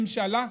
ממשלה,